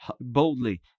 boldly